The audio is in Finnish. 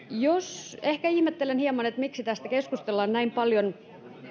mitään erityistä ehkä ihmettelen hieman miksi tästä keskustellaan näin paljon